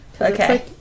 Okay